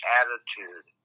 attitude